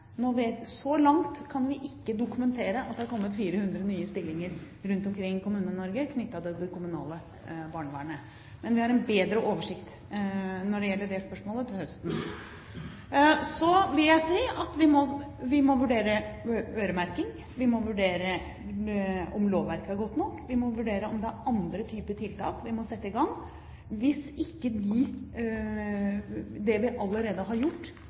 Så langt kan vi ikke dokumentere at det har kommet 400 nye stillinger rundt omkring i Kommune-Norge knyttet til det kommunale barnevernet, men vi har en bedre oversikt over det spørsmålet til høsten. Så vil jeg si at vi må vurdere øremerking. Vi må vurdere om lovverket er godt nok. Vi må vurdere om det er andre typer tiltak vi må sette i gang hvis ikke det vi allerede har gjort,